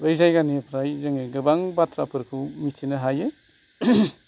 बै जायगानिफ्राय जोङो गोबां बाथ्राफोरखौ मिथिनो हायो